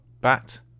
Bat